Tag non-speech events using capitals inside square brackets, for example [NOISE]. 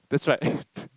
that's right [LAUGHS]